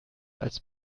als